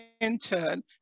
intern